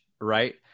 right